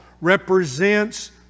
represents